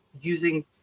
using